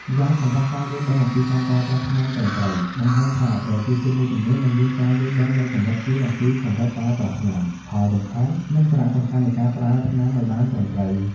ម្យ៉ាងកង្វះការយល់ដឹងអំពីការប្រើប្រាស់ថ្នាំត្រឹមត្រូវ បង្ហាញថាប្រជាជនមួយចំនួននៅមានការយល់ដឹងនៅកម្រិតទាបអំពីកម្រិតប្រើប្រាស់ថ្នាំ ផលរំខាន និងសារៈសំខាន់នៃការប្រើថ្នាំឱ្យបានត្រឹមត្រូវ ។